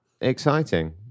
Exciting